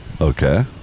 okay